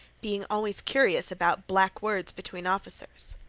being always curious about black words between officers.